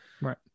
right